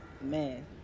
Man